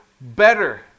better